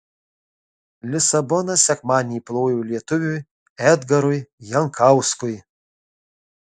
lisabona sekmadienį plojo lietuviui edgarui jankauskui